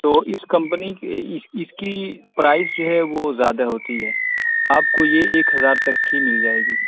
تو اس کمپنی کی اس کی پرائس جو ہے وہ زیادہ ہوتی ہے آپ کو یہ ایک ہزار تک کی مل جائے گی